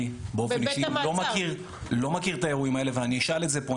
אני באופן אישי לא מכיר את האירועים האלה ואני אשאל את זה פה,